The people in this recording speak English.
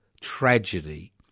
tragedy